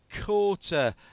Quarter